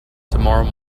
tomorrow